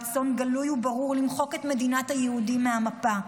רצון גלוי וברור למחוק את מדינת היהודים מהמפה.